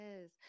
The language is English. Yes